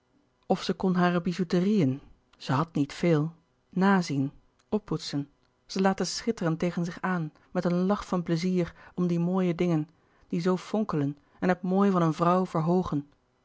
of zij kon hare bijouterieën zij had niet veel nazien oppoetsen ze laten schitteren tegen zich aan met een lach van pleizier om die mooie dingen die zoo fonkelen en het mooi van een vrouw verhoogen